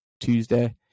Tuesday